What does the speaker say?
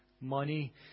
money